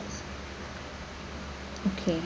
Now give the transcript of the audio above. okay